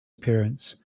appearance